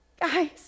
Guys